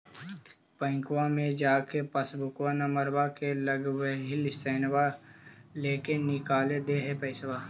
बैंकवा मे जा के पासबुकवा नम्बर मे लगवहिऐ सैनवा लेके निकाल दे है पैसवा?